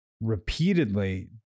repeatedly